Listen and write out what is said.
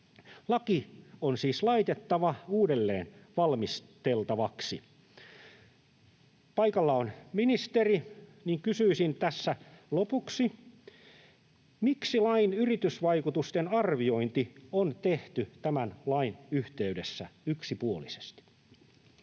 Laki on siis laitettava uudelleen valmisteltavaksi. Kun paikalla on ministeri, niin kysyisin tässä lopuksi: miksi vain yritysvaikutusten arviointi on tehty tämän lain yhteydessä yksipuolisesti?